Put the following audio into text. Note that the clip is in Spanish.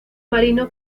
marino